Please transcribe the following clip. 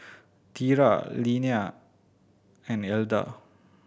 Tera Linnea and Elda